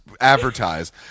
advertise